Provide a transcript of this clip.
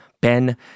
Ben